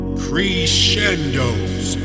crescendos